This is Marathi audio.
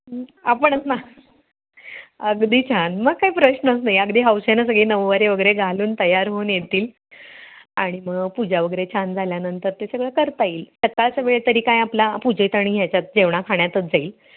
आपणच ना अगदी छान मग काय प्रश्नच नाही अगदी हौशेनं सगळे नऊवारी वगैरे घालून तयार होऊन येतील आणि मग पूजा वगैरे छान झाल्यानंतर ते सगळं करता येईल सकाळचं वेळ तरी काय आपला पूजेत अणि ह्याच्यात जेवणा खाण्यातच जाईल